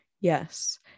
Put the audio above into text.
yes